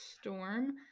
Storm